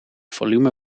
volume